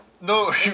No